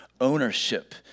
ownership